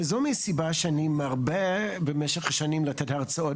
וזו הסיבה שאני מרבה במשך השנים לתת הרצאות